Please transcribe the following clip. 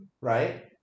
Right